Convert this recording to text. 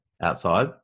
outside